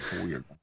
weird